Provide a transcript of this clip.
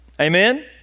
amen